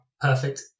Perfect